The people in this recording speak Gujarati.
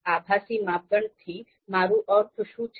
તો આભાસી માપદંડથી મારું અર્થ શું છે